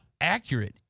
accurate